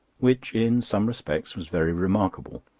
which, in some respects, was very remarkable,